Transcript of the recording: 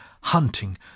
hunting